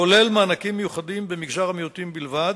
כולל מענקים מיוחדים, במגזר המיעוטים בלבד.